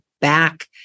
back